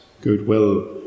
Goodwill